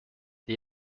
the